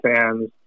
fans